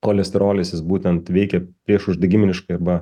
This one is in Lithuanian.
cholesterolis jis būtent veikia priešuždegiminiškai arba